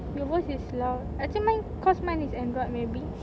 your voice is loud I think mine cause mine is android maybe